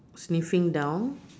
sniffing down